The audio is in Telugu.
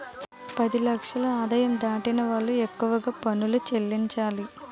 పది లక్షల ఆదాయం దాటిన వాళ్లు ఎక్కువగా పనులు చెల్లించాలి